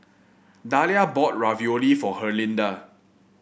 Dahlia bought Ravioli for Herlinda